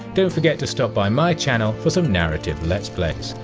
don't forget to stop by my channel for some narrative let's plays.